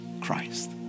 Christ